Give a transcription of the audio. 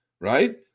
right